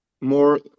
more